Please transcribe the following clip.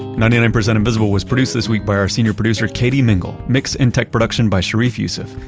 ninety nine percent invisible was produced this week by our senior producer katie mingle. mix and tech production by sharif youssef.